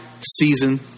season